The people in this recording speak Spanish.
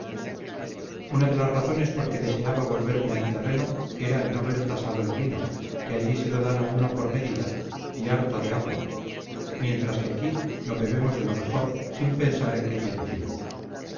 una de las razones por que deseaba volverme a mi terreno era el no ver tasado el vino que allí se lo daban a uno por medida y harto de agua mientras que aquí lo bebemos de lo mejor sin pensar en que tiene fin